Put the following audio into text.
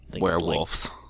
Werewolves